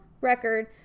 record